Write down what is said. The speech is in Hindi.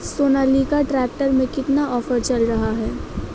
सोनालिका ट्रैक्टर में कितना ऑफर चल रहा है?